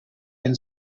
can